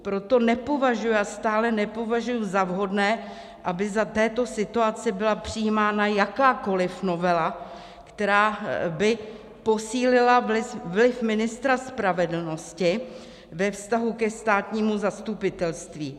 Proto nepovažuji a stále nepovažuji za vhodné, aby za této situace byla přijímána jakákoliv novela, která by posílila vliv ministra spravedlnosti ve vztahu ke státnímu zastupitelství.